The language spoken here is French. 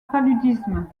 paludisme